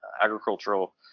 agricultural